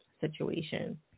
situation